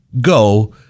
go